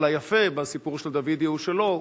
אבל היפה בסיפור של דוידי הוא שלא,